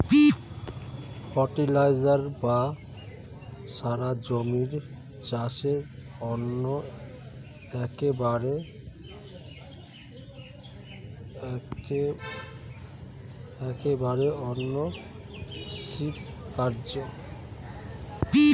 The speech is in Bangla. ফার্টিলাইজার বা সার জমির চাষের জন্য একেবারে অনস্বীকার্য